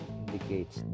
indicates